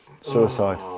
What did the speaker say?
suicide